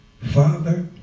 Father